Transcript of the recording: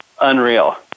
unreal